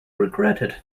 regretted